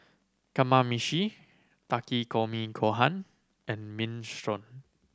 Kamameshi Takikomi Gohan and Minestrone